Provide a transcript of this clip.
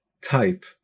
type